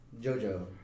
Jojo